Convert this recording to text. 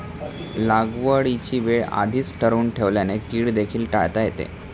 लागवडीची वेळ आधीच ठरवून ठेवल्याने कीड देखील टाळता येते